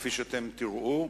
כפי שאתם תראו.